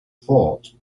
fort